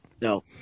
No